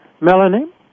Melanie